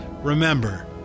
remember